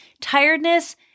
tiredness